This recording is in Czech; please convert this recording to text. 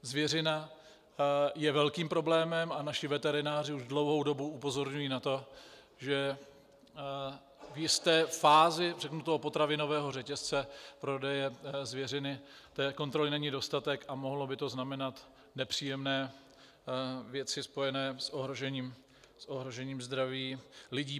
Zvěřina je velkým problémem a naši veterináři už dlouhou dobu upozorňují na to, že v jisté fázi, řeknu, toho potravinového řetězce prodeje zvěřiny té kontroly není dostatek a mohlo by to znamenat nepříjemné věci spojené s ohrožením zdraví lidí.